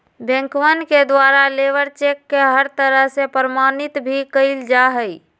बैंकवन के द्वारा लेबर चेक के हर तरह से प्रमाणित भी कइल जा हई